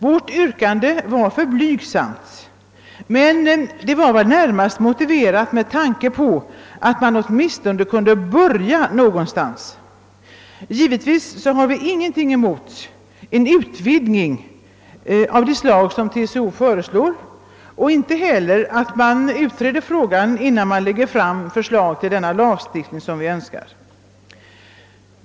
Vårt yrkande var för blygsamt, men detta kan motiveras med vår inställning att man åtminstone kunde börja någonstans. Givetvis har vi inte något emot en utvidgning av det slag som TCO har föreslagit. Vi har inte heller något emot att man utreder frågan innan man lägger fram förslag till den lagstiftning som vi önskar.